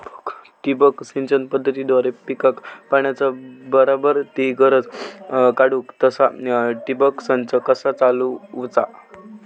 ठिबक सिंचन पद्धतीद्वारे पिकाक पाण्याचा बराबर ती गरज काडूक तसा ठिबक संच कसा चालवुचा?